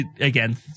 again